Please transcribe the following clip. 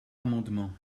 amendement